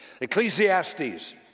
Ecclesiastes